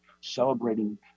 celebrating